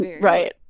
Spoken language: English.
Right